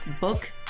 book